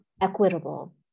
equitable